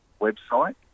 website